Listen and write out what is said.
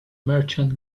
merchant